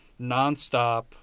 nonstop